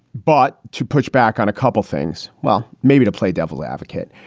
but to push back on a couple things. well, maybe to play devil's advocate,